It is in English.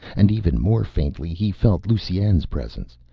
and even more faintly he felt lusine's presence,